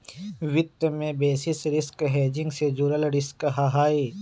वित्त में basis risk hedging से जुड़ल रिस्क हहई